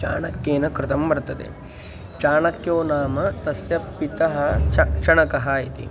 चाणक्येन कृतं वर्तते चाणक्यौ नाम तस्य पिता च चणकः इति